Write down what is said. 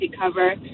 cover